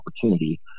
opportunity